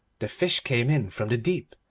the fish came in from the deep,